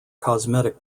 cosmetic